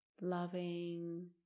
loving